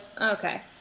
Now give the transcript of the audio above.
okay